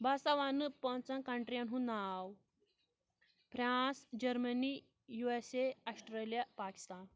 بہٕ ہَسا وَنہٕ پانٛژَن کَنٹرٛی یَن ہُنٛد ناو France Germany U S A Australia Pakistan